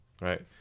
right